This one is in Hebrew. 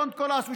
don’t call us,